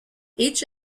each